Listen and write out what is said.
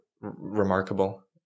remarkable